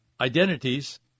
identities